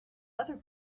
other